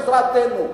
בעזרתנו.